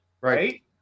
right